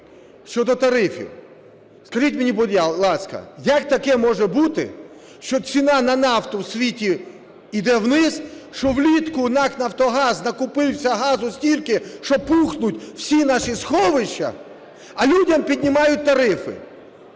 щодо тарифів. Скажіть мені, будь ласка, як таке може бути, що ціна на нафту в світі йде вниз, що влітку НАК "Нафтогаз" накупився газу стільки, що пухнуть всі наші сховища, а людям піднімають тарифи?